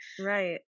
Right